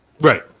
Right